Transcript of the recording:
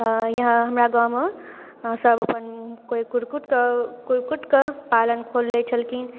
यहाँ हमरा गाममे सब अपन कोइ कुक्कुटके कुक्कुटके पालन खोलने छलखिन